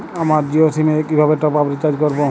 আমার জিও সিম এ কিভাবে টপ আপ রিচার্জ করবো?